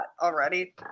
already